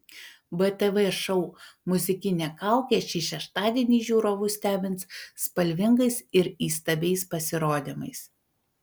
btv šou muzikinė kaukė šį šeštadienį žiūrovus stebins spalvingais ir įstabiais pasirodymais